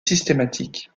systématiques